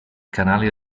canali